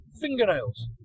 Fingernails